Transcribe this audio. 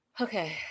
Okay